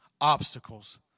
obstacles